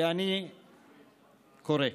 ואני קורא: